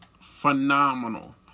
phenomenal